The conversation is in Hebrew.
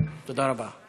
תודה רבה.